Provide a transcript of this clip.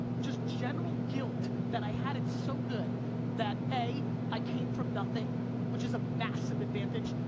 just general guilt, that i had it so good that a, i came from nothing which is a massive advantage.